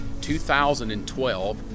2012